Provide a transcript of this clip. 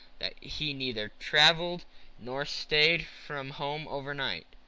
that he neither travelled nor stayed from home overnight,